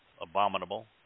Abominable